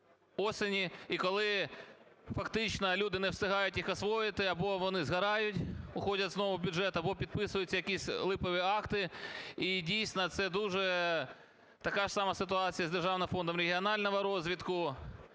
осені, і коли фактично люди не встигають їх освоїти, або вони згорають, уходять знову в бюджет, або підписуються якісь липові акти. І дійсно це дуже така ж сама ситуація з Державним фондом регіонального розвитку,